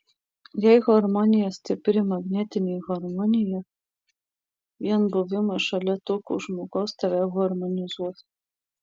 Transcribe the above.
jei harmonija stipri magnetinė harmonija vien buvimas šalia tokio žmogaus tave harmonizuos